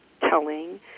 telling